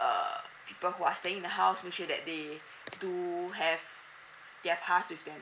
err people who are staying in the house make sure that they do have their pass with them